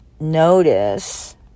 notice